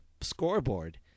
scoreboard